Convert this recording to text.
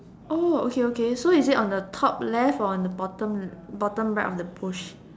oh okay okay so is it on the top left or on the bottom bottom right of the bush